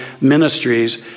ministries